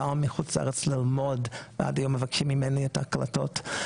באו מחוץ לארץ ללמוד ועד היום מבקשים ממני את ההקלטות.